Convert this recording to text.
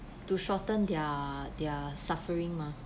to shorten their their suffering mah